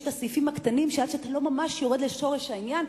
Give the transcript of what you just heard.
ויש הסעיפים הקטנים שעד שאתה לא ממש יורד לשורש העניין,